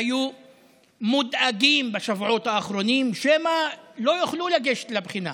שהיו מודאגים בשבועות האחרונים שמא לא יוכלו לגשת לבחינה